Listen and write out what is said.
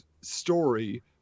story